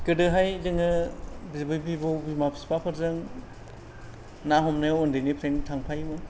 गोदोहाय जोङो बिबै बिबौ बिमा बिफाफोरजों ना हमनायाव उन्दैनिफ्रायनो थांफायोमोन